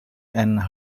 and